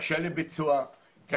קשה לביצוע -- דמי הקמה.